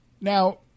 Now